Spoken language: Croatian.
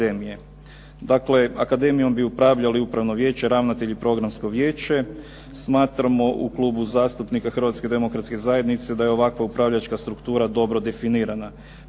Dakle, akademijom bi upravljali upravno vijeće, ravnatelj, programsko vijeće. Smatramo u Klubu zastupnika Hrvatske demokratske zajednice da je ovakva upravljačka struktura dobro definirana.